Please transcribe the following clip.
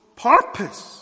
purpose